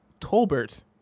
Tolbert